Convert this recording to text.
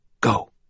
Go